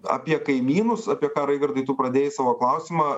apie kaimynus apie ką raigardai tu pradėjai savo klausimą